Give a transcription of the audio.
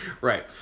Right